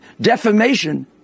defamation